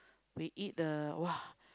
we eat the uh !wah!